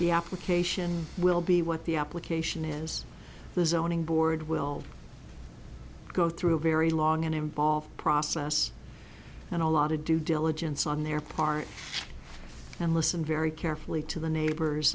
the application will be what the application is the zoning board will go through a very long and involved process and a lot of due diligence on their part and listen very carefully to the neighbors